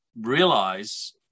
realize